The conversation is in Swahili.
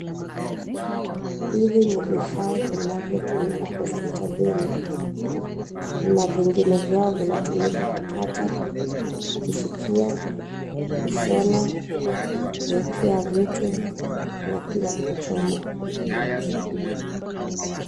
Hivi ni vifaa vinavyotumika hospitalini, na vingine vyao vinavyotumika kukata, kushikia, kushona, kuekea vitu, na pia kuchoma.